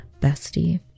bestie